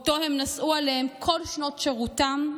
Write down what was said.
שאותו הם נשאו עליהם כל שנות שירותם,